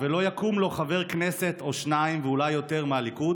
"ולא יקום לו חבר כנסת או שניים או אולי יותר מהליכוד,